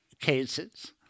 cases